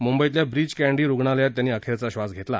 म्ंबईतल्या ब्रीच कँडी रुग्णालयात त्यांनी अखेरचा श्वास घेतला